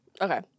Okay